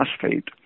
phosphate